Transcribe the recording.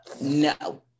no